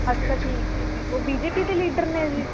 ਅੱਛਾ ਠੀਕ ਹੈ ਜੀ ਉਹ ਬੀ ਜੇ ਪੀ ਦੇ ਲੀਡਰ ਨੇ ਜੀ